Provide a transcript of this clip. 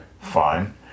Fine